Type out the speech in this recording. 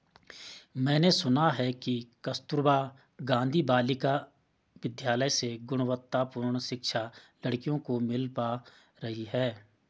मैंने सुना है कि कस्तूरबा गांधी बालिका विद्यालय से गुणवत्तापूर्ण शिक्षा लड़कियों को मिल पा रही है